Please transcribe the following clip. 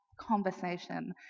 conversation